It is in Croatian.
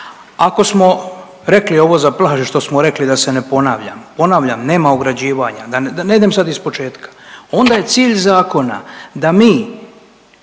Ako smo rekli ovo za plaže što smo rekli da se ne ponavljam, ponavljam nema ograđivanja da ne idem sad iz početka, onda je cilj zakona da mi